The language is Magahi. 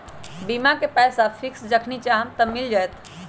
बीमा के पैसा फिक्स जखनि चाहम मिल जाएत?